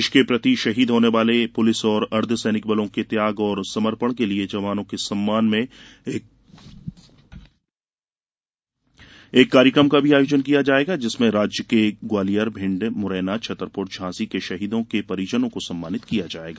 देश के प्रति शहीद होने वाले पुलिस और अर्द्वसैनिक बलों के त्याग और समर्पण के लिए जवानों के सम्मान में एक कार्यक्रम का भी आयोजन किया जायेगा जिसमें राज्य के ग्वालियर भिण्डमुरैनाछतरपुर झॉसी के शहीदों के परिजनों को सम्मानित किया जायेगा